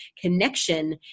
connection